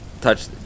touch